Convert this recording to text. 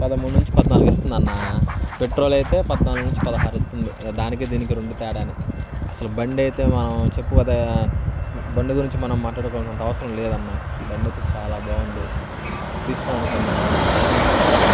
పదమూడు నుంచి పద్నాలుగు ఇస్తుందన్నా పెట్రోల్ అయితే పద్నాలుగు నుంచి పదహారు ఇస్తుంది దానికి దీనికి రెండు తేడానే అసలు బండి అయితే మనం చెప్పుకోదా బండి గురించి మనం మాట్లాడుకోవాల్సినంత అవసరం లేదన్నా బండి అయితే చాలా బాగుంది తీసుకోవాలి అలనుకుంటున్నాను అన్న ఏమంటావు నువ్వు